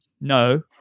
no